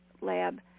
lab